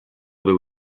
był